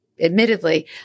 admittedly